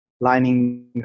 lining